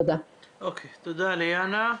תודה, ליאנה.